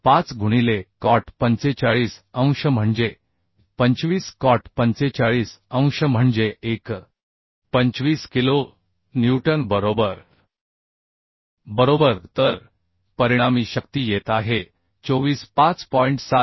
5 गुणिले खाट 45 अंश म्हणजे 25 खाट 45 अंश म्हणजे 1 तर 25 किलो न्यूटन बरोबर बरोबर तर परिणामी शक्ती येत आहे 24